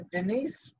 Denise